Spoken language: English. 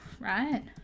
right